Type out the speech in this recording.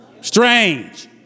strange